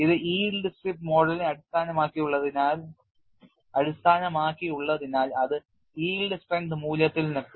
ഇത് yield strip മോഡലിനെ അടിസ്ഥാനമാക്കിയുള്ളതിനാൽ അത് yield strength മൂല്യത്തിൽ നിർത്തി